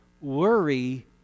worry